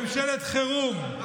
ממשלת חירום,